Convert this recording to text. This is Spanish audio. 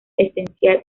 esencial